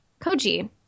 koji